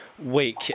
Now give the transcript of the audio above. Week